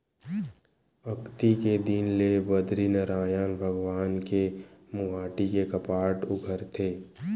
अक्ती के दिन ले बदरीनरायन भगवान के मुहाटी के कपाट उघरथे